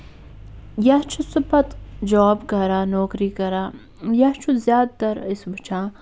یا چھُ سُہ پَتہٕ جاب کران نوکری کران یا چھُ زیادٕ تَر أسۍ وُچھان